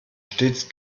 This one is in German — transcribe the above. stets